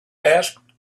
asked